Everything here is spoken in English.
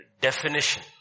definition